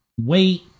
wait